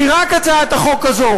כי רק הצעת החוק הזאת,